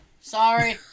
Sorry